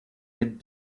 hid